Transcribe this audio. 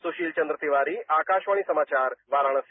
सुशीलचंद्र तिवारी आकाशवाणी समाचार वाराणसी